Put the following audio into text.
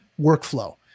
workflow